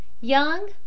Young